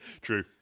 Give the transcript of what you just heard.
true